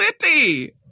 city